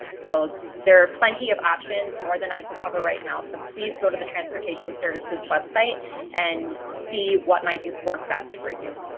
so there are plenty of options more than i can cover right now so please go to the transportation services website and see what might work best for you.